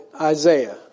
Isaiah